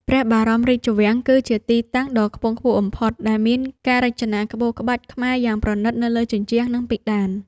ព្រះបរមរាជវាំងគឺជាទីតាំងដ៏ខ្ពង់ខ្ពស់បំផុត ដែលមានការរចនាក្បូរក្បាច់ខ្មែរយ៉ាងប្រណីតនៅលើជញ្ជាំង និងពិដាន។